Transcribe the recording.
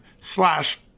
slash